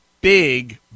big